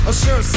sure